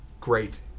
great